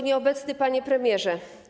Nieobecny Panie Premierze!